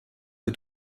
que